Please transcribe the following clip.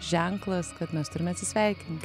ženklas kad mes turime atsisveikinti